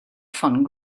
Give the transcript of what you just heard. von